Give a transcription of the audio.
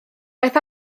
daeth